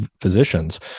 physicians